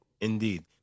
Indeed